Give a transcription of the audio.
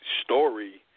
story